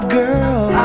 girl